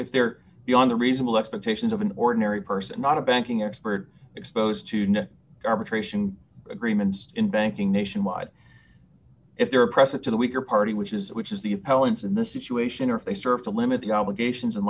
if they're beyond the reasonable expectations of an ordinary person not a banking expert exposed to arbitration agreements in banking nationwide if they're oppressive to the weaker party which is which is the appellant's in this situation or if they serve to limit the obligations